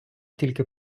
тільки